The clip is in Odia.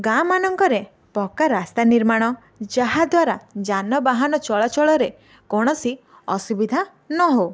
ଗାଁମାନଙ୍କରେ ପକ୍କା ରାସ୍ତା ନିର୍ମାଣ ଯାହାଦ୍ୱାରା ଜାନ ବାହାନ ଚଳାଚଳରେ କୌଣସି ଅସୁବିଧା ନ ହେଉ